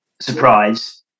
surprise